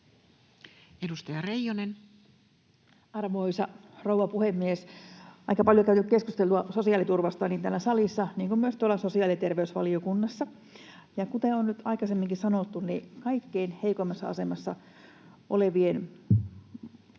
14:16 Content: Arvoisa rouva puhemies! Aika paljon on käyty keskustelua sosiaaliturvasta niin täällä salissa kuin myös tuolla sosiaali- ja terveysvaliokunnassa. Ja kuten on aikaisemminkin sanottu, niin kaikkein heikoimmassa asemassa olevien